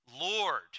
Lord